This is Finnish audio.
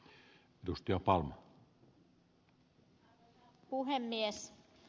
arvoisa puhemies